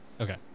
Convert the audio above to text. Okay